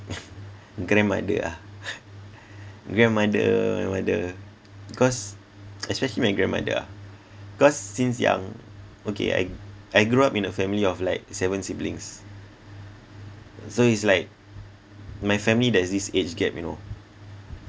grandmother ah grandmother grandmother because especially my grandmother ah cause since young okay I I grew up in a family of like seven siblings so it's like my family there's this age gap you know